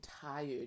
tired